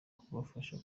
kubafasha